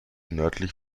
nördlich